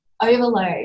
Overload